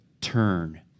turn